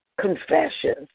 confessions